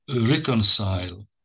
reconcile